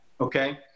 Okay